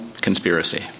conspiracy